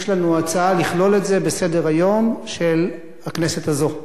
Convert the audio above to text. יש לנו הצעה לכלול את זה בסדר-היום של הכנסת הזאת.